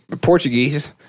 Portuguese